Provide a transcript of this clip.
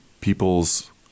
people's